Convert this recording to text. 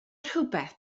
rhywbeth